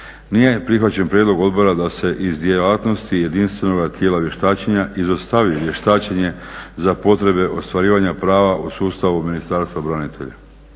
Nije prihvaćen prijedlog odbora da se iz djelatnosti jedinstvenoga tijela vještačenja izostavi vještačenje za potrebe ostvarivanja prava u sustavu Ministarstva branitelja.